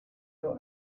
your